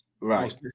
Right